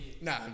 Nah